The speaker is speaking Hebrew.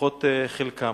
לפחות חלקם.